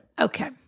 Okay